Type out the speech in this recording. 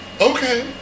okay